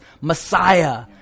Messiah